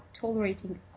tolerating